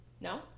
no